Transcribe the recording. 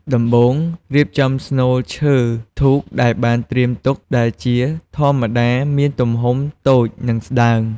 ដំបូងរៀបចំស្នូលឈើធូបដែលបានត្រៀមទុកដែលជាធម្មតាមានទំហំតូច និងស្តើង។